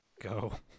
Go